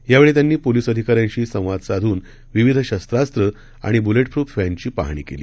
यावेळीत्यांनीपोलीसअधिकाऱ्यांशीसंवादसाधूनविविधशस्त्रास्त्रंआणिबुलेटप्रफव्हॅनचीपाह णीकेली